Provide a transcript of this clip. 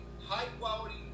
high-quality